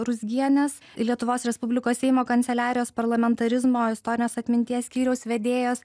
ruzgienės lietuvos respublikos seimo kanceliarijos parlamentarizmo istorinės atminties skyriaus vedėjos